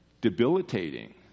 debilitating